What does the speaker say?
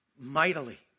mightily